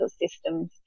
systems